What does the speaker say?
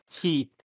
Teeth